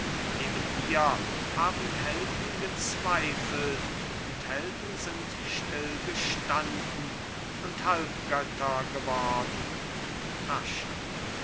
eben hier haben helden gezweifelt und helden sind stillgestanden und halbgötter geworden rascher